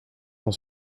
ans